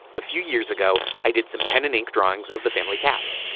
a few years ago i did some pen and ink drawings of the family cats.